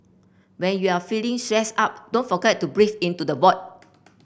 when you are feeling stressed out don't forget to breathe into the void